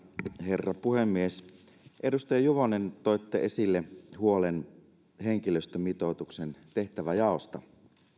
herra puhemies edustaja juvonen toitte esille huolen henkilöstömitoituksen tehtäväjaosta